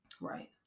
Right